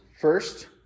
First